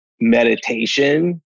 meditation